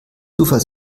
zufall